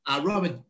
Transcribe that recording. Robert